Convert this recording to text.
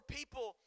people